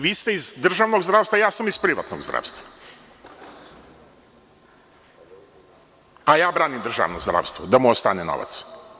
Vi ste iz državnog zdravstva, ja sam iz privatnog zdravstva, a ja branim državno zdravstvo da mu ostane novac.